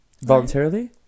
voluntarily